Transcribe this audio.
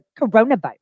coronavirus